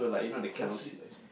those cheese ice